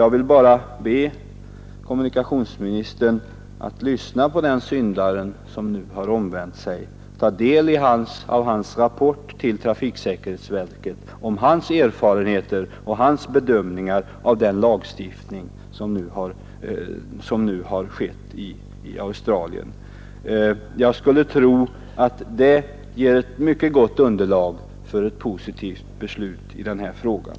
Jag vill bara be kommunikationsministern att lyssna på den syndare som sig omvänder och ta del av hans rapport till trafiksäkerhetsverket om de erfarenheter och bedömningar han gjort av den lagstiftning Australien infört. Jag skulle tro att detta ger ett mycket gott underlag för ett positivt beslut i bilbältesfrågan.